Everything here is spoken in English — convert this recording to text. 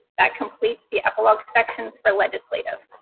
that completes the epilogue sections for legislative.